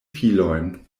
filojn